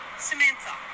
Samantha